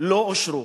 לא אושרו.